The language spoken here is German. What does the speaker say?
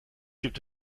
gibt